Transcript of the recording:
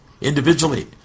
individually